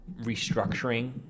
restructuring